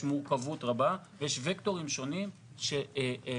יש מורכבות רבה ויש וקטורים שונים שמייצרים